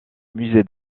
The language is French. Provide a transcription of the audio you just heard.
musée